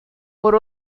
por